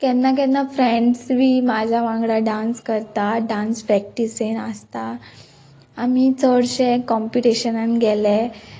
केन्ना केन्ना फ्रेंड्स बी म्हाज्या वांगडा डांस करता डांस प्रॅक्टिसेन आसता आमी चडशे कॉम्पिटिशनान गेले